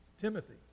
Timothy